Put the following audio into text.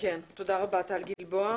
בעניין התקנות,